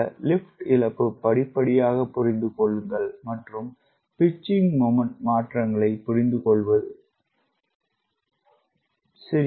இந்த லிப்ட் இழப்பு படிப்படியாக புரிந்து கொள்ளுங்கள் மற்றும் பிட்ச்சிங் மும்மெண்ட் மாற்றங்களைத் புரிந்துகொள்வது சிறிய மாற்றங்கள்